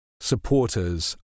supporters